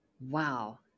Wow